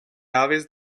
aves